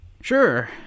Sure